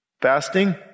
Fasting